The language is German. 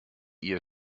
ihr